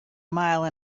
mile